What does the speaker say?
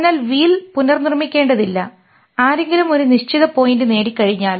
അതിനാൽ വീൽ പുനർനിർമ്മിക്കേണ്ടതില്ല ആരെങ്കിലും ഒരു നിശ്ചിത പോയിൻറ് നേടികഴിഞ്ഞാൽ